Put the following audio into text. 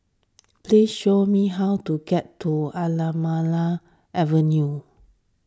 please show me how to get to Anamalai Avenue